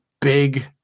big